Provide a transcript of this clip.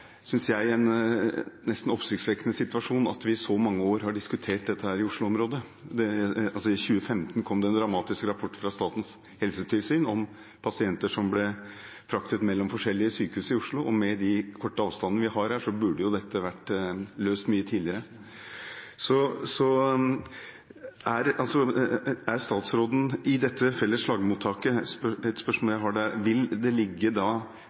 nesten oppsiktsvekkende situasjon at vi i så mange år har diskutert dette i Oslo-området. I 2015 kom det en dramatisk rapport fra Statens helsetilsyn om pasienter som ble fraktet mellom forskjellige sykehus i Oslo. Med de korte avstandene vi har her, burde dette ha vært løst mye tidligere. Vil det som statsråden kalte fisking etter blodpropper, altså med katetre, ligge i det felles slagmottaket, slik at alle får tilgang til det